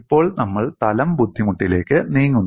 ഇപ്പോൾ നമ്മൾ തലം ബുദ്ധിമുട്ടിലേക്ക് നീങ്ങുന്നു